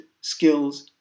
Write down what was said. skills